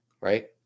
right